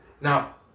Now